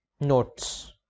notes